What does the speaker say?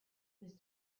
was